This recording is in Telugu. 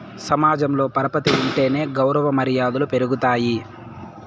సమాజంలో పరపతి ఉంటేనే గౌరవ మర్యాదలు పెరుగుతాయి